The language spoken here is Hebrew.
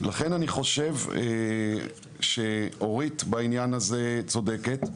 לכן אני חושב שאורית בעניין הזה צודקת,